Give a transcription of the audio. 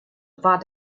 war